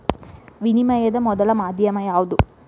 ವಿನಿಮಯದ ಮೊದಲ ಮಾಧ್ಯಮ ಯಾವ್ದು